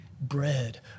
bread